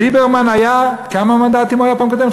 ליברמן היה, כמה מנדטים הוא היה בפעם הקודמת?